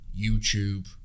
youtube